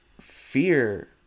fear